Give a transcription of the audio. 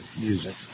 music